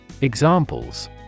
Examples